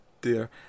Dear